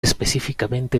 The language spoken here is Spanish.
específicamente